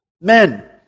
men